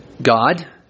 God